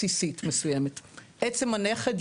אנחנו מכירים את התרומה שלהם לכלכלה,